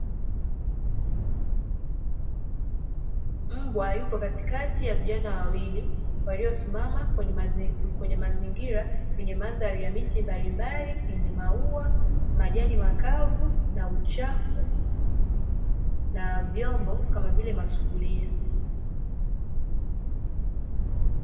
Mbwa yupo katikati ya vijana wawili waliosimama kwenye mazingira ya mandhari ya miche mbalimbali yenye maua, majani makavu na uchafu na vyombo kama vile masufuria.